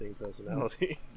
personality